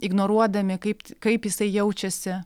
ignoruodami kaip kaip jisai jaučiasi